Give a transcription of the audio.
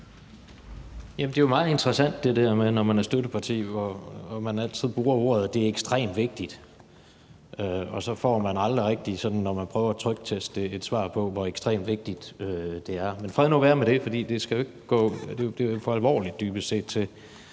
det er jo meget interessant, at når man er støtteparti og altid bruger ordene det er ekstremt vigtigt, får man aldrig rigtig, når man prøver at trygteste det, et svar på, hvor ekstremt vigtigt det er. Men fred nu være med det, for det er jo dybest set for alvorligt til, at det går